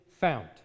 found